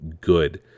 good